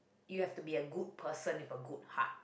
you have to be a good person with a good heart